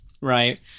right